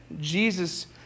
Jesus